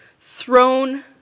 thrown